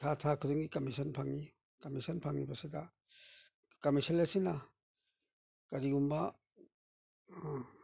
ꯊꯥ ꯊꯥ ꯈꯨꯗꯤꯡꯒꯤ ꯀꯃꯤꯁꯟ ꯐꯪꯏ ꯀꯃꯤꯁꯟ ꯐꯪꯏꯕꯗꯨꯗ ꯀꯃꯤꯁꯟ ꯑꯁꯤꯅ ꯀꯔꯤꯒꯨꯝꯕ